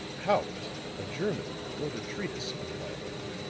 haupt, a german, wrote a treatise on the violin,